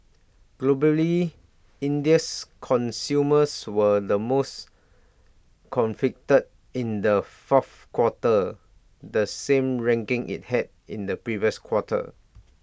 globally India's consumers were the most confident in the fourth quarter the same ranking IT held in the previous quarter